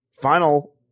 final